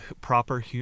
proper